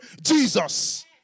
Jesus